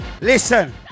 listen